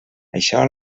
això